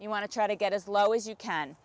you want to try to get as low as you can